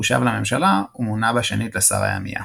הוא שב לממשלה ומונה בשנית לשר הימייה.